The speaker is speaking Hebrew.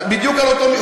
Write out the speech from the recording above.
בדיוק על אותו משקל.